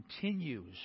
continues